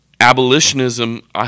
Abolitionism